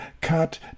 cut